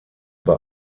bei